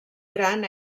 gran